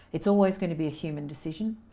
it's always going to be a human decision,